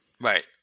Right